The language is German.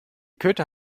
köter